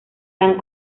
dan